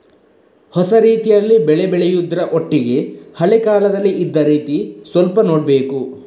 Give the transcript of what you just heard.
ಹೊಸ ರೀತಿಯಲ್ಲಿ ಬೆಳೆ ಬೆಳೆಯುದ್ರ ಒಟ್ಟಿಗೆ ಹಳೆ ಕಾಲದಲ್ಲಿ ಇದ್ದ ರೀತಿ ಸ್ವಲ್ಪ ನೋಡ್ಬೇಕು